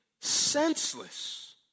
senseless